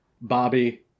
Bobby